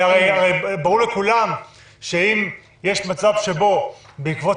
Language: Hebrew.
הרי ברור לכולם שאם יש מצב שבו בעקבות